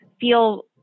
feel